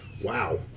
Wow